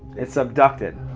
it's abducted.